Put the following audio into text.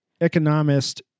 Economist